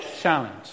challenge